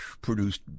produced